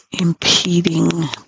impeding